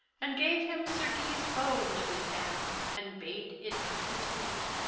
and gave him sir guy's bow into his hand, and bade it be his boote.